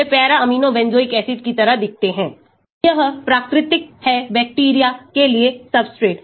वे para amino benzoic acid की तरह दिखते हैं यह प्राकृतिक है बैक्टीरिया के लिए सब्सट्रेट